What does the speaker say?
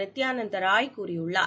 நித்தியானந்த் ராய் கூறியுள்ளார்